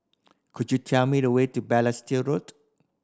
could you tell me the way to Balestier Road